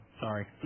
sorry